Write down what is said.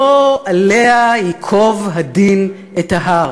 לא עליה ייקוב הדין את ההר.